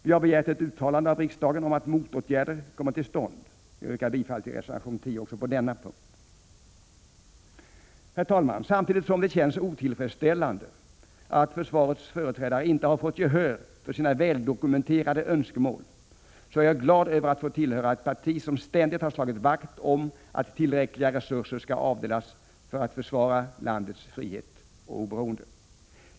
Vi har begärt ett uttalande av riksdagen om att motåtgärder skall komma till stånd. Jag yrkar bifall till reservation 10 också på denna punkt. Herr talman! Samtidigt som det känns otillfredsställande att försvarets företrädare inte har fått gehör för sina väldokumenterade önskemål, är jag glad över att få tillhöra ett parti som ständigt har slagit vakt om att tillräckliga resurser skall avdelas för att försvara landets frihet och oberoende.